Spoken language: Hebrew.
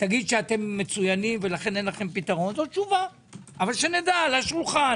לומר שאתם מצוינים ולכן אין לכם פתרון זו תשובה אבל שנדע על השולחן